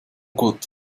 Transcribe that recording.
gott